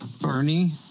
Bernie